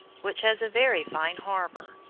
which has a very fine harbour.